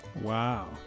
Wow